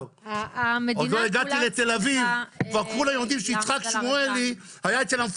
--- המדינה כולה צריכה להיעמד על הרגליים.